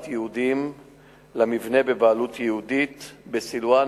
יהודים למבנה בבעלות יהודית בסילואן,